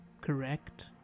correct